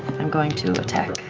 i'm going to attack.